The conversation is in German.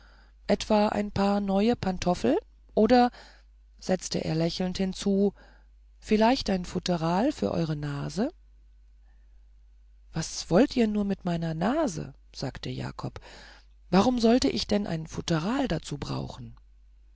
etwa ein paar neue pantoffel oder setzte er lächelnd hinzu vielleicht ein futteral für eure nase was wollt ihr nur mit meiner nase sagte jakob warum sollte ich denn ein futteral dazu brauchen